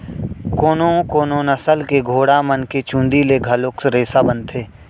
कोनो कोनो नसल के घोड़ा मन के चूंदी ले घलोक रेसा बनथे